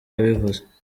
yabivuze